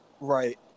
Right